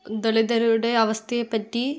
ദളിതരുടെ അവസ്ഥയെ പറ്റി